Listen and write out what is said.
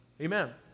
Amen